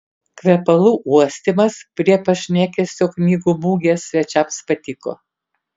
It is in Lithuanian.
kvepalų uostymas prie pašnekesio knygų mugės svečiams patiko